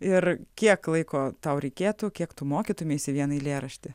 ir kiek laiko tau reikėtų kiek tu mokytumeisi vieną eilėraštį